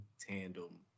tandem